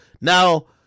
now